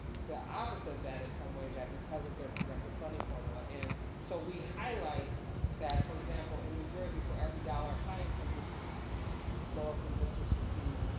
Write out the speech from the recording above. the opposite of that in some way, that because of their progressive funding formula and so we highlight that for example, in new jersey for every dollar high income districts received low income districts received,